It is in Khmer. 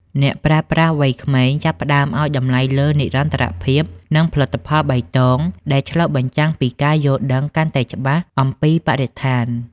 អ្នកប្រើប្រាស់វ័យក្មេងចាប់ផ្ដើមឱ្យតម្លៃលើ "និរន្តរភាព" និង "ផលិតផលបៃតង" ដែលឆ្លុះបញ្ចាំងពីការយល់ដឹងកាន់តែច្បាស់អំពីបរិស្ថាន។